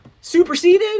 Superseded